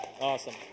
Awesome